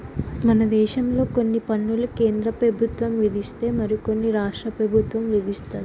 మన దేశంలో కొన్ని పన్నులు కేంద్ర పెబుత్వం విధిస్తే మరి కొన్ని రాష్ట్ర పెబుత్వం విదిస్తది